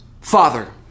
father